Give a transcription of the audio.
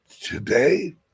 today